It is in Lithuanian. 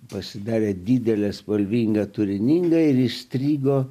pasidavę didelė spalvinga turininga ir įstrigo